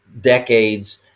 decades